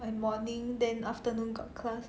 in morning then afternoon got class